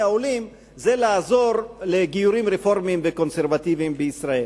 העולים זה לעזור לגיורים רפורמיים וקונסרבטיביים בישראל.